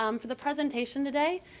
um for the presentation today,